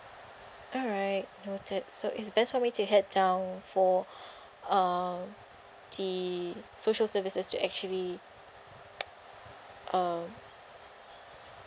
alright noted so it's best for me to head down for um the social services to actually uh